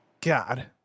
God